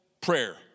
prayer